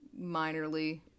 minorly